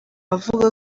avuga